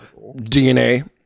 DNA